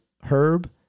Herb